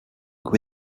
with